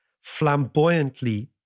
flamboyantly